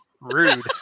rude